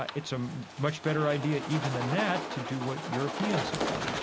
ah it's a much better idea even than that to do what europeans have done,